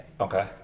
Okay